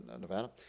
Nevada